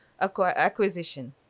acquisition